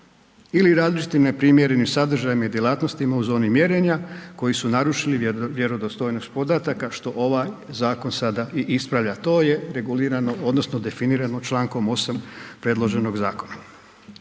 ili različitim neprimjerenim sadržajima i djelatnostima u zoni mjerenja koji su narušili vjerodostojnost podataka što ovaj zakon sada i ispravlja. To je regulirano odnosno definirano čl. 8 predloženog zakona.